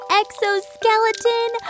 exoskeleton